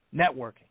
networking